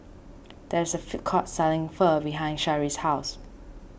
there is a food court selling Pho behind Shari's house